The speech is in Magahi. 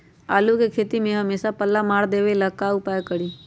आलू के खेती में हमेसा पल्ला मार देवे ला का उपाय करी?